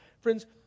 Friends